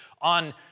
on